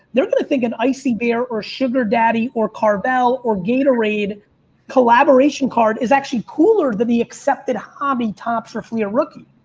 they're going to think an icee bear or sugar daddy or carvel or gatorade collaboration card is actually cooler than the accepted hobby topps of fleer rookie.